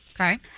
Okay